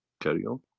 carry on.